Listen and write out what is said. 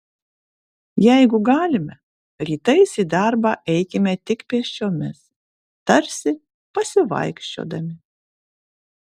jeigu galime rytais į darbą eikime tik pėsčiomis tarsi pasivaikščiodami